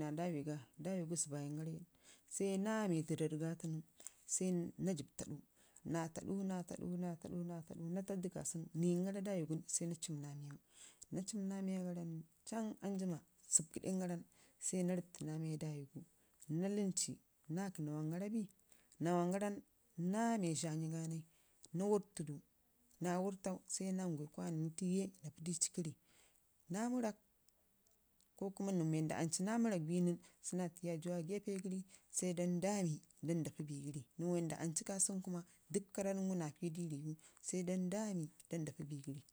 naa dawi ga, da migu zəbbayəngara nən sai naa mai dərrəɗ ga tunu naa taaɗu naa taaɗu naa taaɗu niyi angara ii kunu dawi gim sai naa ciim naa miyau can anjimma subkəɗengara nən sai naa rrəbei naa miya daawigu naa lənci naa ki naawangara bii naawangaran namai zhannyi ganai naa wurfudu naa wurtau sai namai kwamo tiye naa pii ici kərrəi naa mərrak ko kuma nən mii wanda ancu naa mərrak bi nən sai dan damu yaji a gefe gəri sa dan dami dan dapii bigari karre gu dək aa riwu sai dapii bigəri.